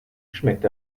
schmeckt